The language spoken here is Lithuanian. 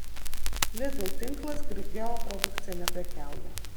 lidl tinklas grigeo produkcija neprekiauja